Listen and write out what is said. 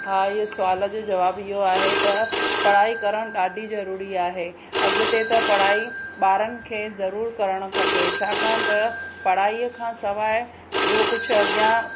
हा इहो सुवाल जो जवाबु इहो आहे त पढ़ाई करणु ॾाढी ज़रूरी आहे अॻिते त पढ़ाई ॿारनि खे ज़रूरु करणु खपे छाकाणि त पढ़ाई खां सवाइ ॿियों कुझु अॻियां